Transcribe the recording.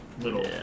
little